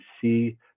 see